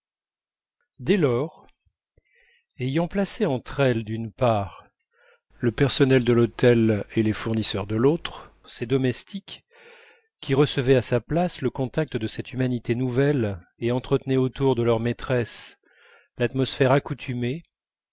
dès lors ayant placé entre elle d'une part le personnel de l'hôtel et les fournisseurs de l'autre ses domestiques qui recevaient à sa place le contact de cette humanité nouvelle et entretenaient autour de leur maîtresse l'atmosphère accoutumée